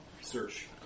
search